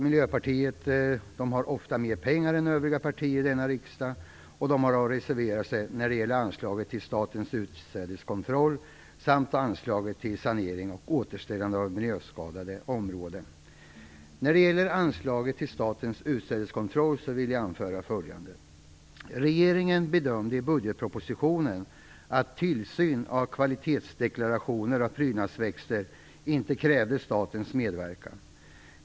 Miljöpartiet har ofta mer pengar än övriga partier i denna riksdag, och man har reserverat sig när det gäller anslaget till När det gäller anslaget till Statens utsädeskontroll vill jag anföra följande. Regeringen bedömde i budgetpropositionen att tillsyn av kvalitetsdeklarationer av prydnadsväxter inte krävde statens medverkan.